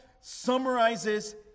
summarizes